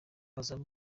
abazamu